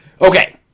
Okay